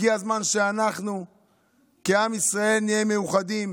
הגיע הזמן שאנחנו כעם ישראל נהיה מאוחדים